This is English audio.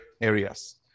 areas